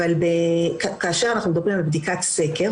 אבל כאשר אנחנו מדברים על בדיקת סקר,